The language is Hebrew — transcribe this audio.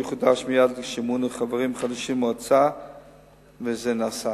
מוצרים אלו עלולים לסכן אוכלוסיות מסוימות.